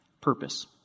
purpose